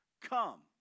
come